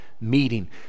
meeting